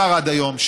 עד היום,